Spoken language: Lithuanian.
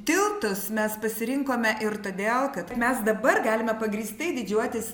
tiltus mes pasirinkome ir todėl kad mes dabar galime pagrįstai didžiuotis